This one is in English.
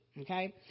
Okay